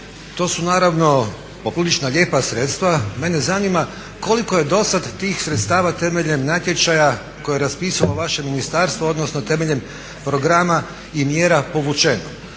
To su naravno poprilično lijepa sredstva. Mene zanima koliko je dosad tih sredstava temeljem natječaja koje je raspisalo vaše ministarstvo, odnosno temeljem programa i mjera povučeno?